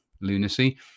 lunacy